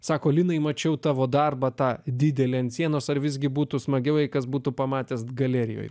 sako žinai mačiau tavo darbą tą didelį ant sienos ar visgi būtų smagiau kas būtų pamatęs galerijoje